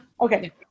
Okay